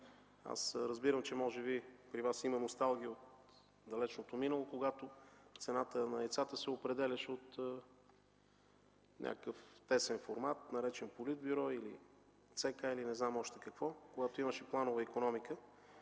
Разбирам, че може би при Вас има носталгия от далечното минало, когато цената на яйцата се определяше от някакъв тесен формат, наречен Политбюро или ЦК, или не знам още какво. Тогава имаше планова икономика.